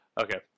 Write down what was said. Okay